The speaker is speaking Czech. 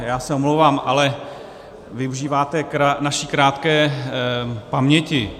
Já se omlouvám, ale využíváte naší krátké paměti.